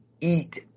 eat